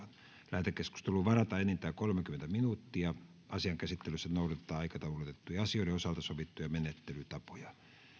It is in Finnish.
lähetekeskusteluun varataan enintään kolmekymmentä minuuttia asian käsittelyssä noudatetaan aikataulutettujen asioiden osalta sovittuja menettelytapoja